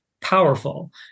powerful